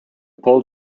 poll